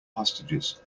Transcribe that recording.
hostages